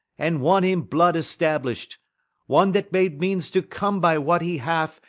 and one in blood establish'd one that made means to come by what he hath,